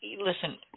listen